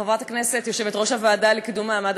חברת הכנסת יושבת-ראש הוועדה לקידום מעמד